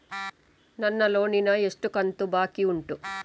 ನನ್ನ ಲೋನಿನ ಎಷ್ಟು ಕಂತು ಬಾಕಿ ಉಂಟು?